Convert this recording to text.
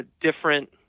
different